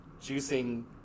juicing